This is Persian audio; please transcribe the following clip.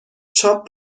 چاپ